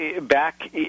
back